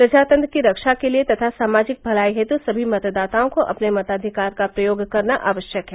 प्रजातंत्र की रक्षा के लिए तथा सामाजिक भलाई हेतु सभी मतदाताओं को अपने मताधिकार का प्रयोग करना आवश्यक है